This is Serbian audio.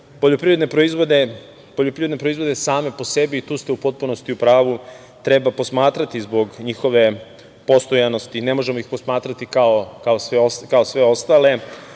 Poljoprivredne proizvode same po sebi tu ste u potpunosti u pravu treba posmatrati zbog njihove postojanosti i ne možemo ih posmatrati kao sve ostale